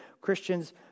Christians